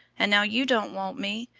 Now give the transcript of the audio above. and now you don't want me,